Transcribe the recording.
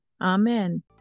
amen